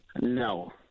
No